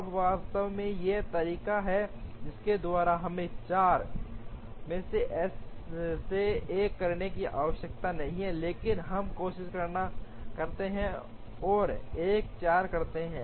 अब वास्तव में एक तरीका है जिसके द्वारा हमें 4 से 1 करने की आवश्यकता नहीं है लेकिन हम कोशिश करते हैं और 1 4 करते हैं